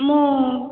ମୁଁ